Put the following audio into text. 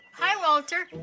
hi walter,